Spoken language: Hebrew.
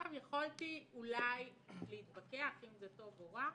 יכולתי אולי להתווכח אם זה טוב או רע,